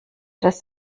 das